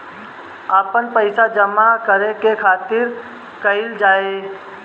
आपन पइसा जमा करे के खातिर का कइल जाइ?